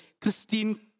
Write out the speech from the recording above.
Christine